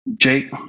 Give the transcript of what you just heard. Jake